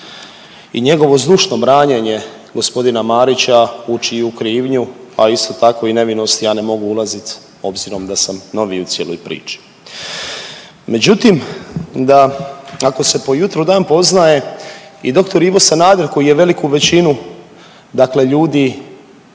i njegovo zdušno branjenje gospodina Marića u čiju krivnju a isto tako i nevinost ja ne mogu ulazit obzirom da sam novi u cijeloj priči. Međutim, da, ako se po jutru dan poznaje i doktor Ivo Sanader koji je veliku većinu dakle